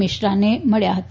મિશ્રાને મળ્યા હતા